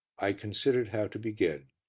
i considered how to begin.